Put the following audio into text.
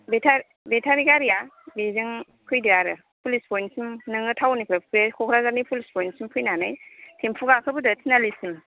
बेटारि गारिया बेजों फैदो आरो प'लिस पइन्ट सिम नोङो टाउन निफ्राय बे क'क्राझारनि प'लिस पइन्ट सिम फैनानै तेम्प' गाखोबोदो तिनिआलिसिम